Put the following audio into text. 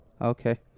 Okay